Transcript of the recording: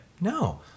no